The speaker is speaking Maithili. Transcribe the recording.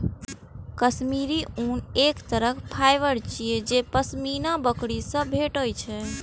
काश्मीरी ऊन एक तरहक फाइबर छियै जे पश्मीना बकरी सं भेटै छै